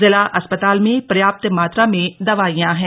जिला अस्पताल में पर्याप्त मात्रा में दवाइयां हैं